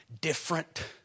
different